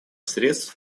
средств